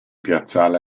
piazzale